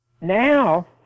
now